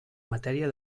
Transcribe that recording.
matèria